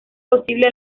posible